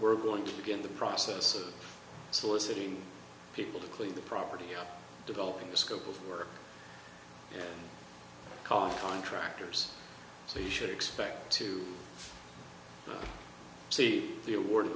we're going to begin the process of soliciting people to clean the property up developing a scope of work cost contractors so you should expect to see the awarded